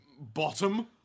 bottom